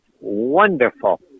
wonderful